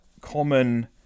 common